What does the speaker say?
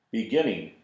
beginning